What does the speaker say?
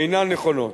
אינן נכונות.